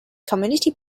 community